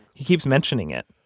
he keeps mentioning it.